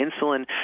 insulin